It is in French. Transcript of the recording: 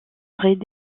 auraient